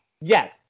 Yes